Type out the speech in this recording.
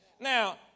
Now